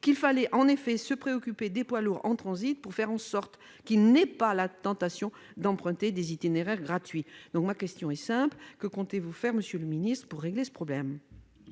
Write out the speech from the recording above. qu'« il fallait se préoccuper des poids lourds en transit pour faire en sorte qu'ils n'aient pas la tentation d'emprunter des itinéraires gratuits ». Ma question est simple : que comptez-vous faire, monsieur le secrétaire d'État, pour régler ce problème ?